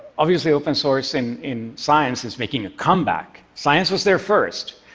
obviously open source in in science is making a comeback. science was there first.